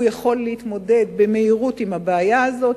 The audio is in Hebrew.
והוא יכול להתמודד במהירות עם הבעיה הזאת.